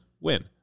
win